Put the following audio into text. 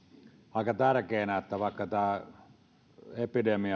aika tärkeänä sitä että vaikka tämä epidemia